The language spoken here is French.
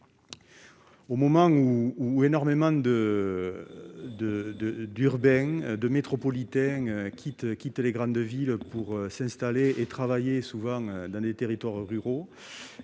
que de très nombreux urbains et métropolitains quittent les grandes villes pour s'installer et travailler dans des territoires ruraux,